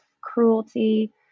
cruelty